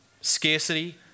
Scarcity